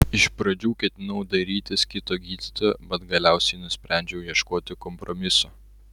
iš pradžių ketinau dairytis kito gydytojo bet galiausiai nusprendžiau ieškoti kompromiso